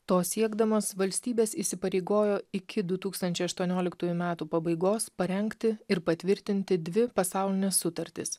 to siekdamos valstybės įsipareigojo iki du tūkstančiai aštuonioliktųjų metų pabaigos parengti ir patvirtinti dvi pasaulines sutartis